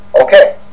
Okay